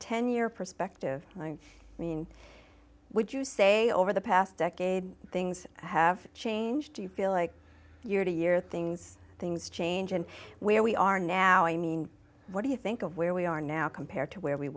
ten year perspective i mean would you say over the past decade things have changed do you feel like year to year things things change and where we are now i mean what do you think of where we are now compared to where we